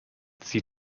sie